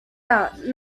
out